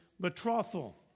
betrothal